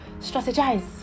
Strategize